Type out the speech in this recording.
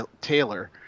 Taylor